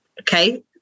okay